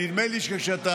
נדמה לי שכשאתה